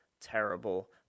terrible